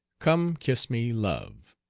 come kiss me, love.